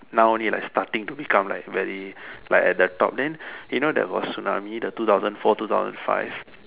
now only like starting to become like very like at the top then you know there was tsunami the two thousand four two thousand five